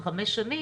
זה חמש שנים,